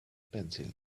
pencil